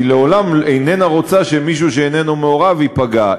לעולם היא איננה רוצה שמישהו שאיננו מעורב ייפגע.